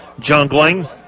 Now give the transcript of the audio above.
Jungling